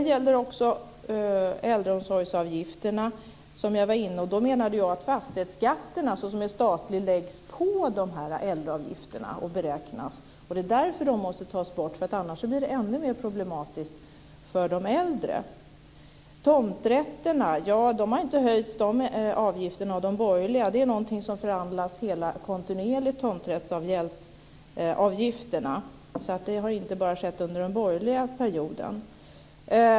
Beträffande äldreomsorgsavgifterna menade jag att fastighetsskatten som är statlig läggs på dessa äldreavgifter vid beräkningar. Det är därför som de måste tas bort, annars blir det ännu mer problematiskt för de äldre. Tomträttsavgifterna har inte höjts av de borgerliga. Tomträttsavgälderna är någonting som förhandlas kontinuerligt. Det har inte skett bara under den borgerliga perioden.